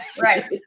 Right